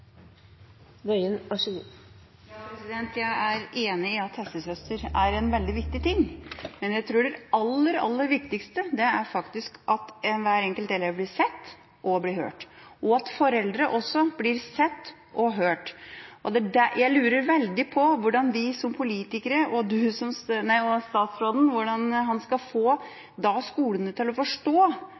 den opprinnelige tidsplanen, ville Djupedal-utvalgets utredning kommet den 1. juni 2015, ikke 18. mars. Med andre ord ville vi fortsatt ikke hatt ettårsjubileet. Jeg er enig i at helsesøster er veldig viktig, men jeg tror det aller viktigste er at hver elev blir sett og hørt, og at foreldre også blir sett og hørt. Jeg lurer veldig på hvordan vi som politikere og statsråden skal få skolene til å forstå